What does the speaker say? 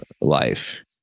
life